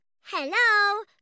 Hello